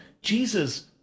Jesus